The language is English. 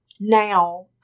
now